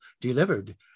delivered